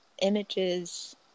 Images